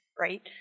right